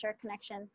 connection